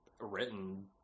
written